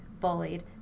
bullied